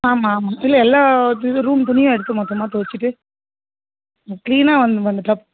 ஆமாம் ஆமாம் இல்லை எல்லா இது ரூம் துணியும் எடுத்து மொத்தமாக தொவைச்சிட்டு கொஞ்சம் க்ளீனா வந்து வந்துட்டா